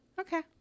Okay